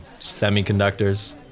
semiconductors